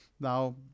Now